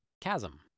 Chasm